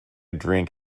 drink